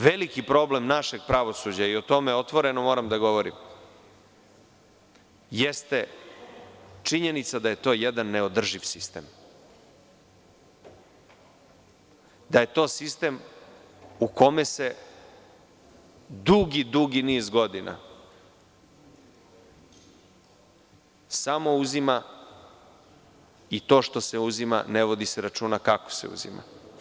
Veliki problem našeg pravosuđa, i o tome otvoreno moram da govorim, jeste činjenica da je to jedan neodrživ sistem, da je to sistem u kome se dugi, dugi niz godina samo uzima i to što se uzima ne vodi se računa kako se uzima.